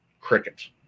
crickets